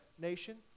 nation